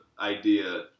idea